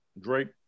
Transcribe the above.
drake